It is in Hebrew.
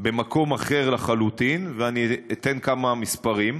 במקום אחר לחלוטין, ואני אתן כמה מספרים.